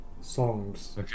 Songs